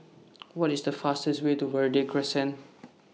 What IS The fastest Way to Verde Crescent